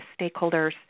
stakeholders